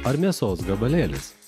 ar mėsos gabalėlis